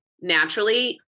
naturally